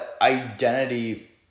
identity